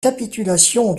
capitulation